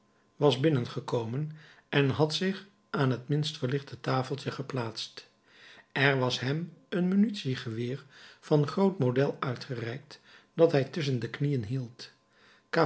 was binnengekomen en had zich aan het minst verlichte tafeltje geplaatst er was hem een munitie geweer van groot model uitgereikt dat hij tusschen de knieën hield